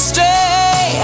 Stay